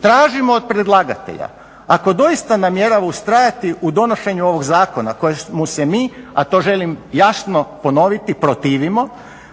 Tražimo od predlagatelja ako doista namjerava ustrajati u donošenju ovog zakona kojemu se mi, a to želim jasno ponoviti protivimo